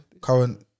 Current